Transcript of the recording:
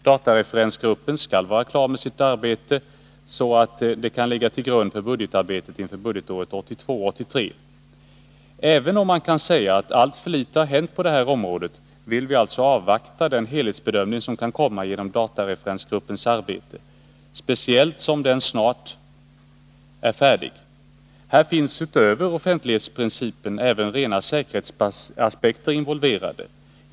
Datareferensgruppen skall vara klar med sitt arbete i så god tid att det kan ligga till grund för budgetarbetet inför budgetåret 1982/83. Även om man kan säga att alltför litet har hänt på detta område, vill vi alltså avvakta den helhetsbedömning som kan komma med anledning av datareferensgruppens arbete, i synnerhet som detta snart är färdigt. Här finns utöver offentlighetsprincipen även rena säkerhetsaspekter involverade.